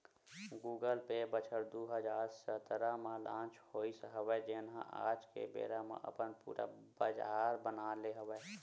Google Pay बछर दू हजार सतरा म लांच होइस हवय जेन ह आज के बेरा म अपन पुरा बजार बना ले हवय